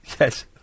Yes